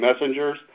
messengers